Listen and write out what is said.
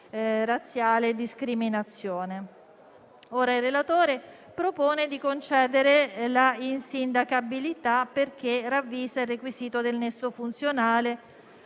razziale e discriminazione. Ora, il relatore propone di concedere la prerogativa dell'insindacabilità perché ravvisa il requisito del nesso funzionale